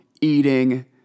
eating